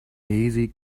easy